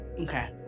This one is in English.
Okay